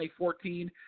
2014